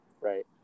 Right